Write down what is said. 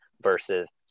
versus